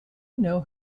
know